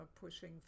pushing